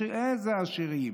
איזה עשירים?